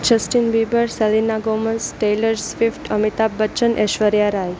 Justin Bieber Selena Gomez Taylor Swift Amitabh Bachchan Aishwarya Rai